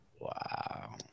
Wow